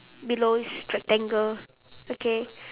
below is rectangle okay